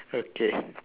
okay